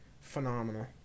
Phenomenal